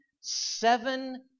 seven